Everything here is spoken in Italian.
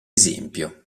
esempio